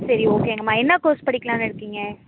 சரி ஓகேங்கம்மா என்ன கோர்ஸ் படிக்கலான்னு இருக்கீங்க